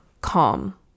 calm